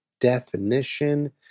Definition